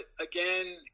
again